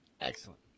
Excellent